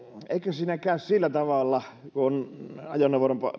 siinä käy sillä tavalla että ajoneuvoveron